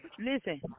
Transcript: Listen